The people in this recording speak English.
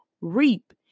reap